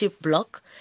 block